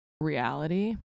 reality